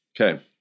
Okay